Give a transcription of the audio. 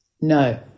No